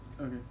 Okay